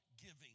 giving